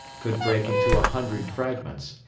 could break into a hundred fragments,